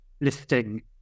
listing